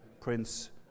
Prince